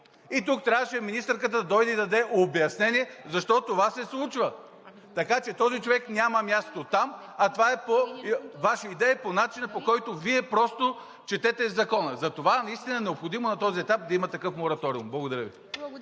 И тук трябваше министърката да дойде и да даде обяснение защо се случва това? Така че този човек няма място там, а това е по Ваша идея и по начина, по който Вие просто четете Закона. Затова наистина е необходимо на този етап да има такъв мораториум. Благодаря Ви.